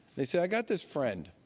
they'd say, i've got this friend.